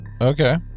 Okay